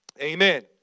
Amen